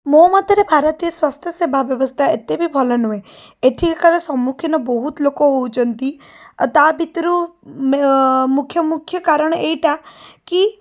ମୋ ମତରେ ଭାରତୀୟ ସ୍ୱାସ୍ଥ୍ୟସେବା ବ୍ୟବସ୍ଥା ଏତେବି ଭଲ ନୁହେଁ ଏଠିକାର ସମ୍ମୁଖୀନ ବହୁତ ଲୋକ ହେଉଛନ୍ତି ଆଉ ତା' ଭିତରୁ ମୁଖ୍ୟ ମୁଖ୍ୟକାରଣ ଏଇଟା କି